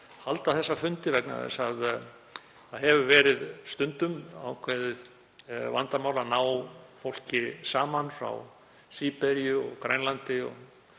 að halda fundina vegna þess að það hefur verið stundum ákveðið vandamál að ná fólki saman frá Síberíu og Grænlandi